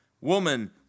woman